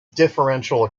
differential